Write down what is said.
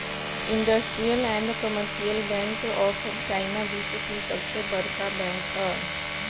industrial and commercial bank of China विश्व की सबसे बड़का बैंक ह